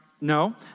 no